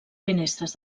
finestres